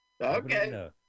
okay